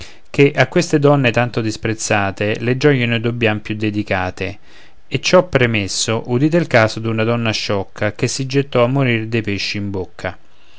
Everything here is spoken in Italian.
ché a queste donne tanto disprezzate le gioie noi dobbiam più delicate e ciò premesso udite il caso d'una donna sciocca che si gettò a morir dei pesci in bocca